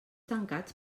tancats